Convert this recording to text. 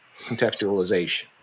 contextualization